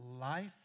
life